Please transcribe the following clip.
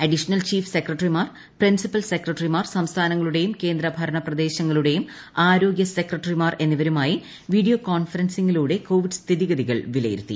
additional chief സെക്രട്ടറിമാർ principal സെക്രട്ടറിമാർ സംസ്ഥാനങ്ങളുടെയും കേന്ദ്ര ഭരണപ്രദേശങ്ങളുടെയും ആരോഗൃ സെക്രട്ടറിമാർ എന്നിവരുമായി വീഡിയോ കോൺഫറൻസിങ്ങിലൂടെ കോവിഡ് സ്ഥിതിഗതികൾ വിലയിരുത്തി